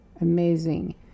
amazing